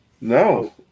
no